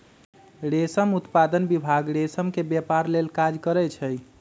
रेशम उत्पादन विभाग रेशम के व्यपार लेल काज करै छइ